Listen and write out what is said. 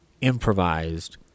improvised